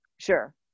Sure